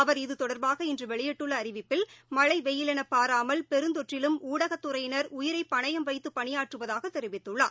அவர் இத்தொடர்பாக இன்றுவெளியிட்டுள்ளஅறிவிப்பில் மழைவெயிலெனபாராமல் பெருந்தொற்றிலும் ஊடகத்துறையினர் உயிரைபணயம் வைத்துபணியாற்றுவதாகதெரிவிததுள்ளார்